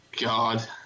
God